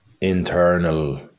internal